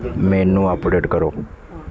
ਮੈਨੂੰ ਅੱਪਡੇਟ ਕਰੋ